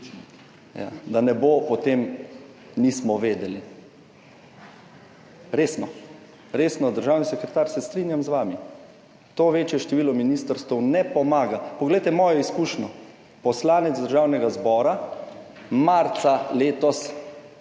da ne bo potem tega, da nismo vedeli. Resno, državni sekretar, se strinjam z vami, to večje število ministrstev ne pomaga. Poglejte mojo izkušnjo. Poslanec Državnega zbora marca letos